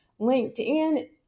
LinkedIn